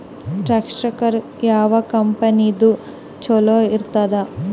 Tractor ಯಾವ ಕಂಪನಿದು ಚಲೋ ಇರತದ?